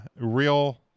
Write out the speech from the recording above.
real